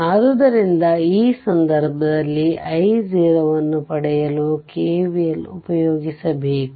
ಆದ್ದರಿಂದ ಈ ಸಂದರ್ಭದಲ್ಲಿ i0 ನ್ನು ಪಡೆಯಲು KVL ಉಪಯೋಗಿಸಬೇಕು